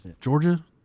Georgia